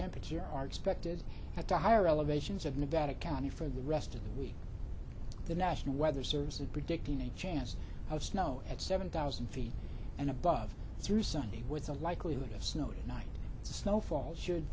temperatures are expected at the higher elevations of nevada county for the rest of the week the national weather service is predicting a chance of snow at seven thousand feet and above through sunday with the likelihood of snow tonight snowfall should